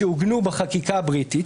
שעוגנו בחקיקה הבריטית.